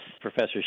Professor